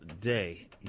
day